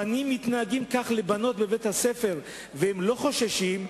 בנים מתנהגים כך לבנות בבית-ספר והם לא חוששים,